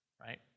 right